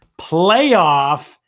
Playoff